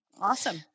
Awesome